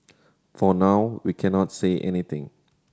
for now we cannot say anything